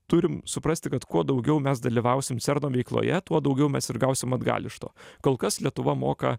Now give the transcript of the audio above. turim suprasti kad kuo daugiau mes dalyvausim cerno veikloje tuo daugiau mes ir gausim atgal iš to kol kas lietuva moka